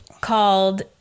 called